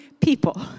people